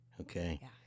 Okay